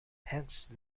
hence